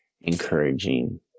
encouraging